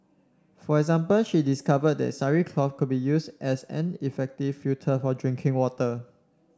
for example she discovered that sari cloth could be used as an effective filter for drinking water